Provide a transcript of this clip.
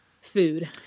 food